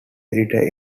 editor